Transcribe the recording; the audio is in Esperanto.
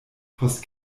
post